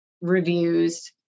reviews